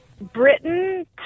Britain